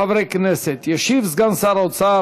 לא מאשרים לך לקיים בית-ספר.